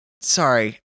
sorry